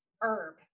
herb